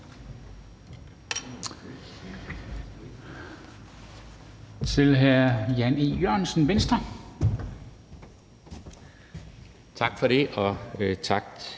Tak for det, og tak